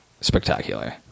spectacular